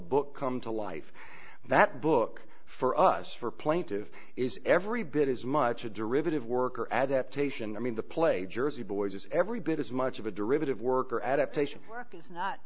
book come to life that book for us for plaintive is every bit as much a derivative work or adaptation i mean the play jersey boys is every bit as much of a derivative work or adaptation